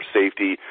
safety